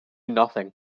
nothing